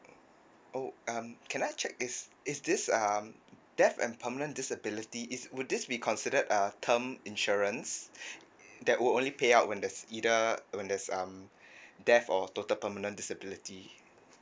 oh um can I check if is this um death and permanent disability is would this be considered a term insurance mm that would only pay out when there's either when there's um death or total permanent disability